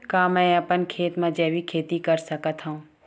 का मैं अपन खेत म जैविक खेती कर सकत हंव?